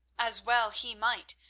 as well he might,